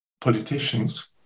politicians